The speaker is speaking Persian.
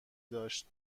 داشت